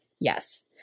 Yes